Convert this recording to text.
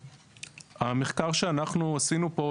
המחקר שאנחנו עשינו פה,